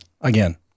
again